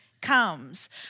comes